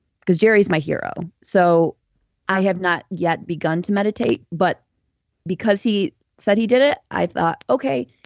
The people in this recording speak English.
because jerry's my hero. so i have not yet begun to meditate, but because he said he did it, i thought, okay,